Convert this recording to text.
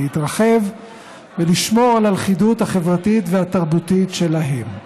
להתרחב ולשמור על הלכידות החברתית והתרבותית שלהם.